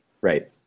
Right